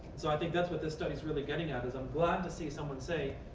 so i think that's what this study is really getting at is i'm glad to see someone say,